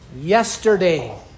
Yesterday